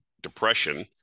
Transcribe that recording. depression